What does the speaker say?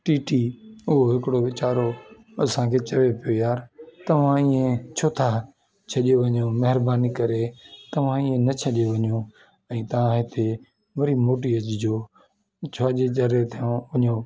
TT उहो हिकिड़ो वीचारो असांखे चए पियो यार तव्हां ईअं छो था छॾे वञो महिरबानी करे तव्हां हीअं न छॾे वञो ऐं तव्हां हिते वरी मोटी अचजो छाजे ज़रिए था वञो